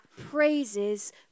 praises